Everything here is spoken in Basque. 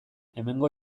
hemengo